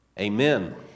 Amen